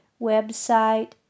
website